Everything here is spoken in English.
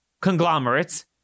conglomerates